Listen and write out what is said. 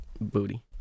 Booty